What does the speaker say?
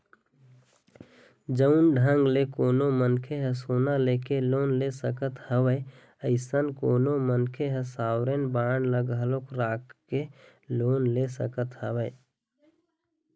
जउन ढंग ले कोनो मनखे ह सोना लेके लोन ले सकत हवय अइसन कोनो मनखे ह सॉवरेन बांड ल घलोक रख के लोन ले सकत हवय